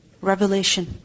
Revelation